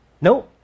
No